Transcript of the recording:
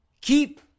keep